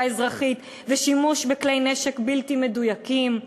אזרחית ושימוש בכלי נשק בלתי מדויקים?